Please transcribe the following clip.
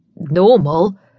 normal